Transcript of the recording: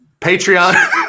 Patreon